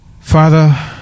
Father